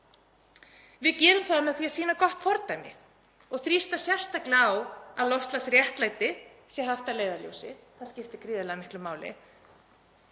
Við gerum það með því að sýna gott fordæmi og þrýsta sérstaklega á að loftslagsréttlæti sé haft að leiðarljósi, það skiptir gríðarlega miklu máli,